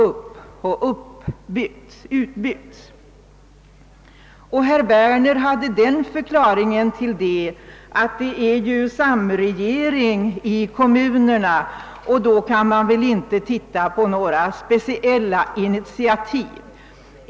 Mot detta invände herr Werner att det är samregering i kommunerna och att man då inte kan redovisa någon särskild grupps initiativ.